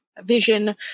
Vision